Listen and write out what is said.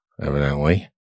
evidently